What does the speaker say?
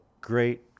great